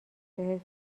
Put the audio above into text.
بهت